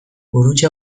gurutze